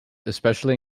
especially